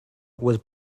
was